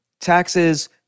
taxes